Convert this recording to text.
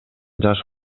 жаш